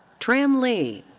tram le.